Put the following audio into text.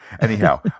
Anyhow